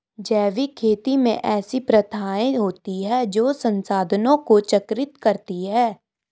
जैविक खेती में ऐसी प्रथाएँ होती हैं जो संसाधनों को चक्रित करती हैं